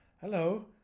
hello